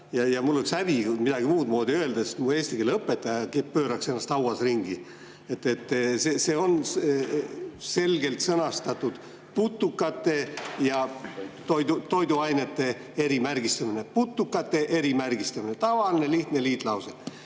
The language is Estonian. ja mul oleks häbi midagi muud moodi öeldes, mu eesti keele õpetajagi pööraks ennast hauas ringi –, et see on selgelt sõnastatud: putukate ja toiduainete erimärgistamine. Putukate erimärgistamine – tavaline lihtlause.